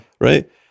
right